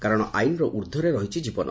କାରଣ ଆଇନର ଊର୍କ୍ବରେ ରହିଛି ଜୀବନ